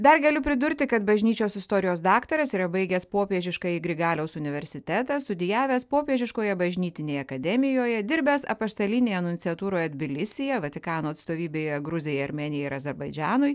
dar galiu pridurti kad bažnyčios istorijos daktaras yra baigęs popiežiškąjį grigaliaus universitetą studijavęs popiežiškoje bažnytinėje akademijoje dirbęs apaštalinėje nunciatūroje tbilisyje vatikano atstovybėje gruzijai armėnijai ir azerbaidžanui